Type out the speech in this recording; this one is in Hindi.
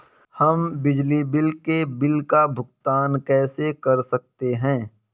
हम बिजली के बिल का भुगतान कैसे कर सकते हैं?